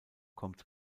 kommt